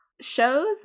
shows